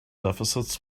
deficits